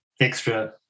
extra